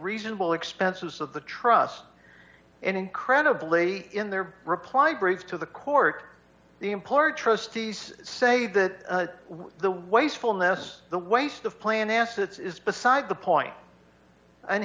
reasonable expenses of the trust and incredibly in their reply breaks to the court the employer trustees say that the wastefulness the waste of planned assets is beside the point and